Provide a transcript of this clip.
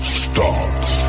starts